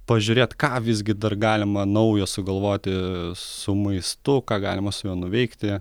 pažiūrėt ką visgi dar galima naujo sugalvoti su maistu ką galima su juo nuveikti